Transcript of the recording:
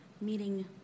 meeting